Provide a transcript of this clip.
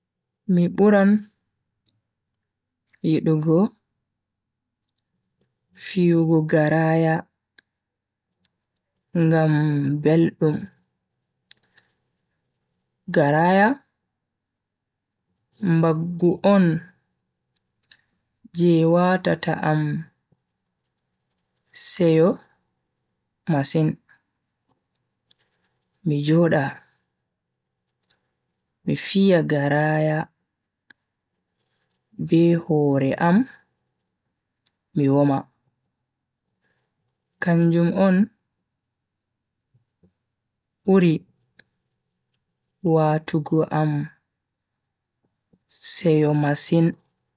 Mi buran yidugo fiyugo garaya ngam beldum. garaya mbbagu on je watata am seyo masin. mi joda mi fiya garaya be hore am mi woma kanjum on buri watugo am seyo masin.